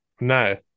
No